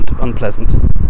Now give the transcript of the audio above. unpleasant